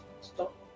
stop